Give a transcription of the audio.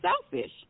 selfish